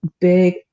big